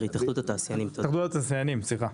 מהתאחדות התעשיינים, בבקשה.